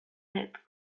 had